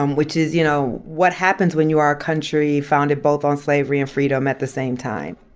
um which is, you know, what happens when you are a country founded both on slavery and freedom at the same time.